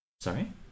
Sorry